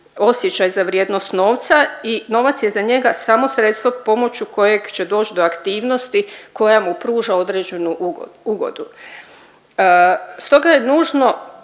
osjećaj za vrijednost novca i novac je za njega samo sredstvo pomoću kojeg će doć do aktivnosti koja mu pruža određenu ugodu. Stoga je nužno